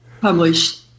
published